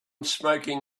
smoking